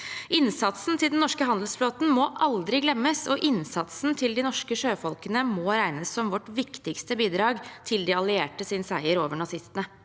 Innsatsen til den norske handelsflåten må aldri glemmes, og innsatsen til de norske sjøfolkene må regnes som vårt viktigste bidrag til de alliertes seier over nazistene.